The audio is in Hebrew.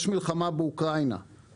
יש מלחמה באוקראינה,